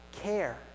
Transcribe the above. care